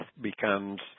becomes